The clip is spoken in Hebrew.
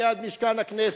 ליד משכן הכנסת,